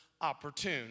opportune